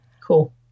Cool